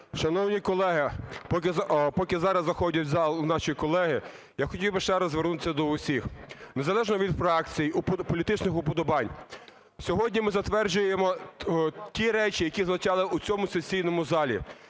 Шановні колеги, поки зараз заходять в зал наші колеги, я хотів би ще раз звернутися до всіх. Незалежно від фракцій, політичних вподобань, сьогодні ми затверджуємо ті речі, які звучали в цьому сесійному залі.